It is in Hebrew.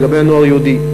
לגבי הנוער היהודי,